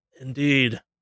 indeed